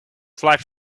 flight